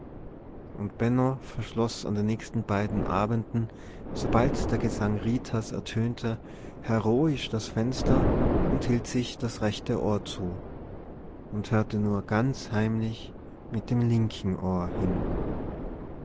und benno verschloß an den nächsten beiden abenden sobald der gesang ritas ertönte heroisch die fenster und hielt sich das rechte ohr zu und hörte nur ganz heimlich mit dem linken ohr hin